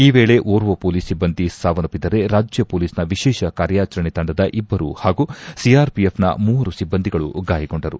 ಈ ವೇಳೆ ಓರ್ವ ಪೊಲೀಸ್ ಸಿಬ್ಬಂದಿ ಸಾವನ್ನಪ್ಪಿದರೆ ರಾಜ್ಯ ಪೊಲೀಸ್ನ ವಿಶೇಷ ಕಾರ್ಯಾಚರಣೆ ತಂಡದ ಇಬ್ಬರು ಹಾಗೂ ಸಿಆರ್ಪಿಎಫ್ನ ಮೂವರು ಸಿಬ್ಬಂದಿಗಳು ಗಾಯಗೊಂಡರು